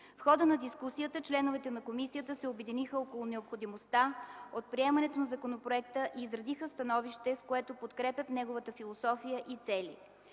В хода на дискусията членовете на комисията се обединиха около необходимостта от приемането на законопроекта и изразиха становище, с което подкрепят неговата философия и цели.